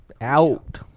out